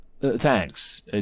Thanks